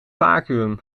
vacuüm